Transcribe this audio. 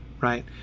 Right